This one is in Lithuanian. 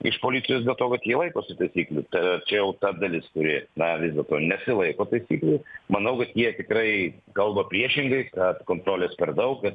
iš policijos dėl to kad jie laikosi taisyklių tačiau ta dalis kuri na vis dėlto nesilaiko taisyklių manau kad jie tikrai kalba priešingai kad kontrolės per daug kad